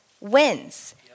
wins